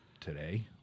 today